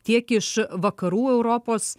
tiek iš vakarų europos